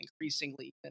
increasingly